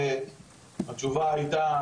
התשובה הייתה,